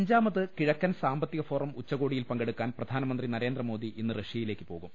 അഞ്ചാമത് കിഴക്കൻ സാമ്പത്തിക ഫോറം ഉച്ചകോടിയിൽ പങ്കെടുക്കാൻ പ്രധാനമന്ത്രി നരേന്ദ്രമോദി ഇന്ന് റഷ്യയിലേക്ക് പോകും